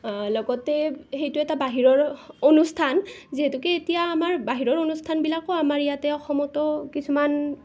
লগতে সেইটো এটা বাহিৰৰ অনুষ্ঠান যিহেতুকে এতিয়া আমাৰ বাহিৰৰ অনুষ্ঠানবিলাকো আমাৰ ইয়াতে অসমতো কিছুমান